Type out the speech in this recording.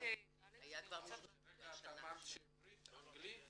את אמרת עברית אנגלית ו?